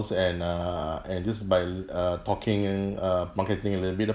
and err and just by uh talking uh marketing a little bit